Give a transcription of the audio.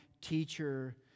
teacher